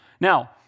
Now